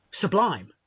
sublime